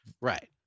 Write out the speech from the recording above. Right